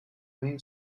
main